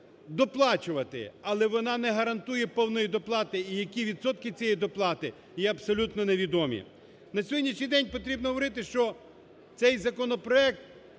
але вона не гарантує повної доплати. І які відсотки цієї доплати, є абсолютно невідомі. На сьогоднішній день потрібно говорити, що цей законопроект